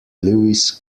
lewis